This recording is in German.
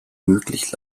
möglich